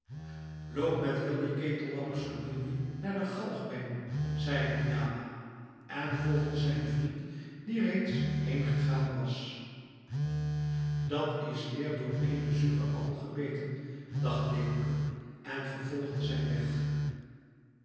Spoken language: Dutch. loop met heel je ketellappers famielje naar de galg bengel zeide diala en volgde zijnen vriend die reeds heen gegaan was dat is weer door eenen zuren appel gebeten dacht leeuwke en vervolgde zijnen weg